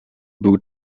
był